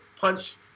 punch